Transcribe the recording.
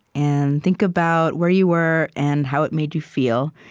and think about where you were and how it made you feel.